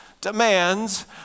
demands